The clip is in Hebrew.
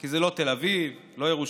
כי זה לא תל אביב, לא ירושלים